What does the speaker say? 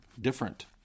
different